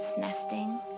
nesting